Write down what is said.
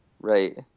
right